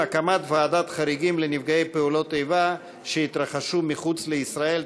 הקמת ועדת חריגים לנפגעי פעולות איבה שהתרחשו מחוץ לישראל),